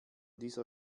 dieser